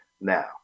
Now